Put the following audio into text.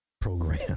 program